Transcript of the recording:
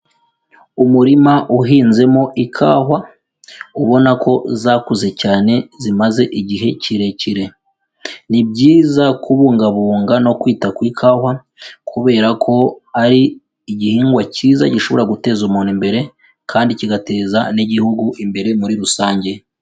Umurima uhinzemo ikahwa, ubona ko zakuze cyane zimaze igihe kirekire, ni byiza kubungabunga no kwita ku ikahwa kubera ko ari igihingwa cyiza gishobora guteza umuntu imbere, kandi kigateza n'igihugu imbere muri rusange.